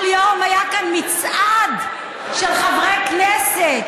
כל יום היה כאן מצעד של חברי כנסת